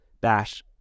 bash